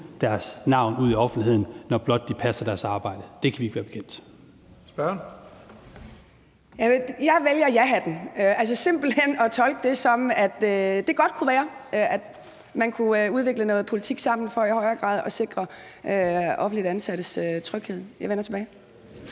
(Leif Lahn Jensen): Spørgeren. Kl. 16:06 Mai Mercado (KF): Jeg vælger jahatten, altså simpelt hen at tolke det som, at det godt kunne være, man kunne udvikle noget politik sammen for i højere grad at sikre offentligt ansattes tryghed. Jeg vender tilbage.